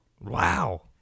wow